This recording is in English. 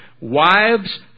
Wives